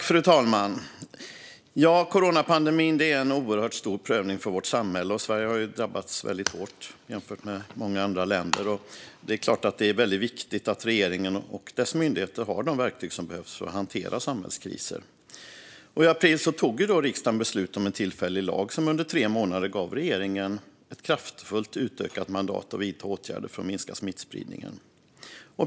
Fru talman! Coronapandemin är en oerhört stor prövning för vårt samhälle, och Sverige har drabbats väldigt hårt jämfört med många andra länder. Det är klart att det är väldigt viktigt att regeringen och dess myndigheter har de verktyg som behövs för att hantera samhällskriser. I april fattade riksdagen beslut om en tillfällig lag som under tre månader gav regeringen ett kraftfullt utökat mandat att vidta åtgärder för att minska smittspridningen.